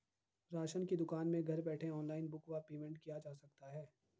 Ration की दुकान में घर बैठे ऑनलाइन बुक व पेमेंट किया जा सकता है?